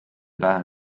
lähe